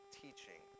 teaching